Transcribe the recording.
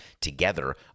together